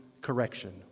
correction